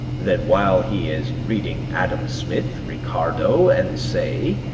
that while he is reading adam smith, ricardo, and say,